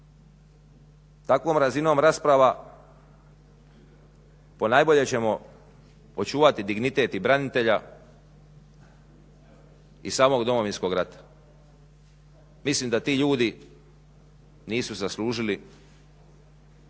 Takvom razinom rasprava ponajbolje ćemo očuvati integritet i branitelja i samog Domovinskog rata. Mislim da ti ljudi nisu zaslužili